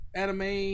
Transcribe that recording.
anime